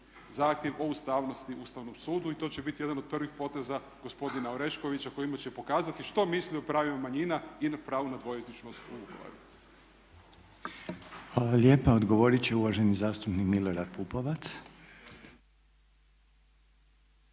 zahtjev o ustavnosti Ustavnom sudu i to će biti jedan od prvih poteza gospodina Oreškovića kojim će pokazati što misli o pravima manjina i pravu na dvojezičnost u Vukovaru. **Reiner, Željko (HDZ)** Hvala lijepa. Odgovorit će uvaženi zastupnik Milorad Pupovac.